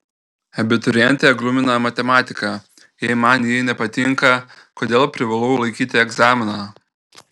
abiturientę glumina matematika jei man ji nepatinka kodėl privalau laikyti egzaminą